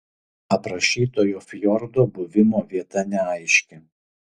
aprašytojo fjordo buvimo vieta neaiški